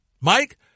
Mike